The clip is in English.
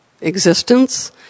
existence